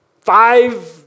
Five